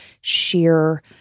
sheer